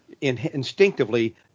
instinctively